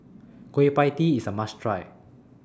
Kueh PIE Tee IS A must Try